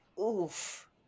oof